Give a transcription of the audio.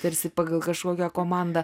tarsi pagal kažkokią komandą